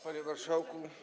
Panie Marszałku!